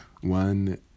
one